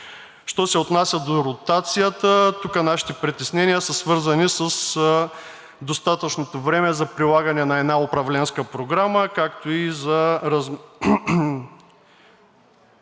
Що се отнася до ротацията тук нашите притеснения са свързани с достатъчното време за прилагане на една управленска програма, както и за